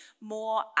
more